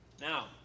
Now